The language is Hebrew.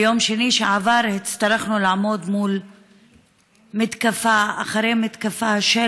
ביום שני שעבר הצטרכנו לעמוד מול מתקפה אחרי מתקפה של